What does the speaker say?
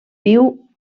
viu